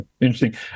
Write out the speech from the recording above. interesting